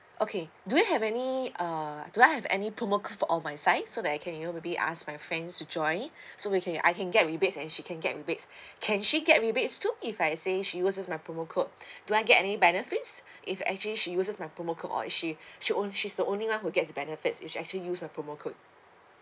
okay do you have any uh do I have any promo code for my side so that I can you know maybe ask my friends to join so we can I can get rebates and she can get rebates can she get rebates too if I say she uses my promo code do I get any benefits if actually she uses my promo code or it she she on~ she's the only one who gets benefits if actually use my promo code